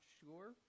sure